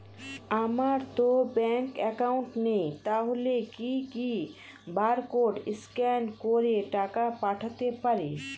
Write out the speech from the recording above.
আমারতো bank account নেই তাহলে কি কি বারকোড স্ক্যান করে টাকা পাঠাতে পারি?